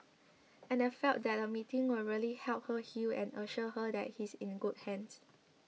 and I felt that a meeting would really help her heal and assure her that he's in good hands